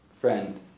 friend